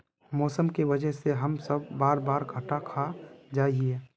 मौसम के वजह से हम सब बार बार घटा खा जाए हीये?